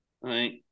Right